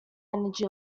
energy